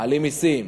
מעלים מסים.